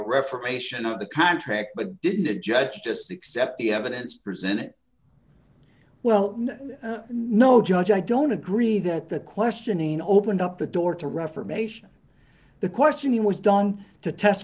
reformation of the contract but didn't the judge just accept the evidence presented well no judge i don't agree that the questioning opened up the door to reformation the question he was dong to test